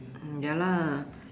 ya lah